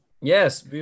Yes